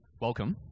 welcome